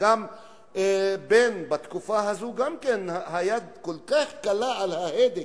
וגם בתקופה הזאת היד של המשטרה כל כך קלה על ההדק,